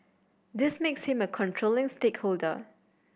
this makes him a controlling stakeholder